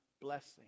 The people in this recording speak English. blessing